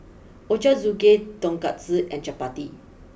Ochazuke Tonkatsu and Chapati